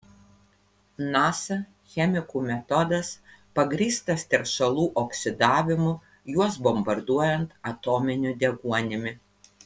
nasa chemikų metodas pagrįstas teršalų oksidavimu juos bombarduojant atominiu deguonimi